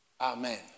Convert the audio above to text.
Amen